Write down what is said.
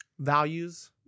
Values